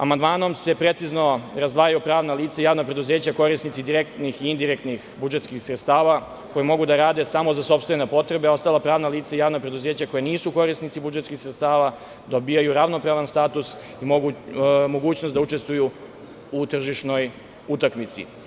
Amandmanom se precizno razdvajaju pravna lica i javna preduzeća korisnici direktnih i indirektnih budžetskih sredstava koji mogu da rade samo za sopstvene potrebe, a ostala pravna lica i javna preduzeća koja nisu korisnici budžetskih sredstava dobijaju ravnopravan status i mogućnost da učestvuju u tržišnoj utakmici.